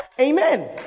Amen